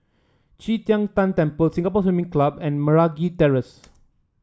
Qi Tian Tan Temple Singapore Swimming Club and Meragi Terrace